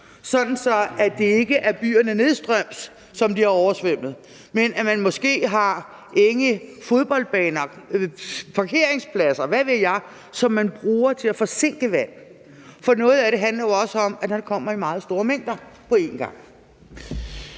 sådan at det ikke er byerne nedstrøms, som bliver oversvømmet, men at man måske har enge, fodboldbaner, parkeringspladser, hvad ved jeg, som man bruger til at forsinke vand. For noget af det handler jo også om, at vand kommer i meget store mængder på en gang.